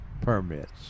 permits